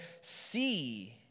see